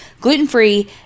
gluten-free